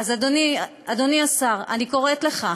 אדוני השר, אני קוראת לך,